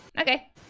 Okay